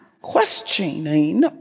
questioning